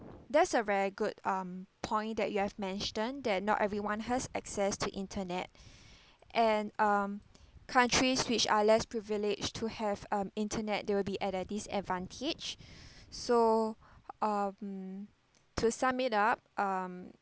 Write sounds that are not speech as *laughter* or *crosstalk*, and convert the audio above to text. that's a very good um point that you have mentioned that not everyone has access to internet *breath* and um countries which are less privileged to have um internet they will be at a disadvantage *breath* so um to sum it up um